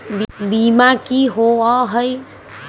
बीमा की होअ हई?